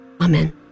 amen